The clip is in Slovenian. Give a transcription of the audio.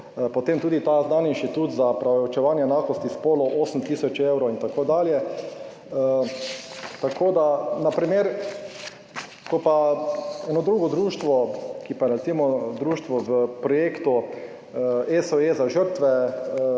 potem tudi ta znan inštitut za preučevanje enakosti spolov 8 tisoč 000 evrov, itd. Tako da na primer, ko pa eno drugo društvo, ki pa je recimo društvo v projektu ESO za žrtve